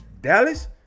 Dallas